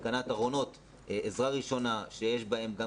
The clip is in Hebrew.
התקנת ארונות עזרה ראשונה שיש בהם גם